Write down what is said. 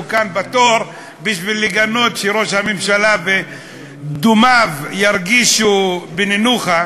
כאן בתור בשביל לגנות כדי שראש הממשלה ודומיו ירגישו בנוח.